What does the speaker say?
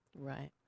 right